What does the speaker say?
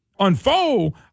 Unfold